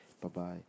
Bye-bye